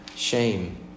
Shame